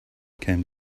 came